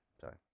Sorry